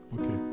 Okay